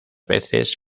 veces